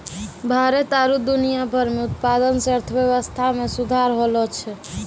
भारत आरु दुनिया भर मे उत्पादन से अर्थव्यबस्था मे सुधार होलो छै